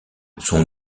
son